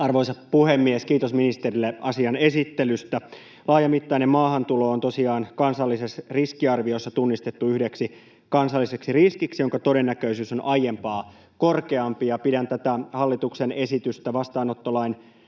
Arvoisa puhemies! Kiitos ministerille asian esittelystä. Laajamittainen maahantulo on tosiaan kansallisessa riskiarviossa tunnistettu yhdeksi kansalliseksi riskiksi, jonka todennäköisyys on aiempaa korkeampi, ja pidän tätä hallituksen esitystä vastaanottolain